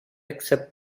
accept